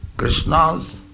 Krishna's